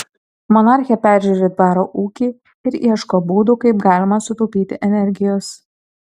monarchė peržiūri dvaro ūkį ir ieško būdų kaip galima sutaupyti energijos